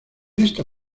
esta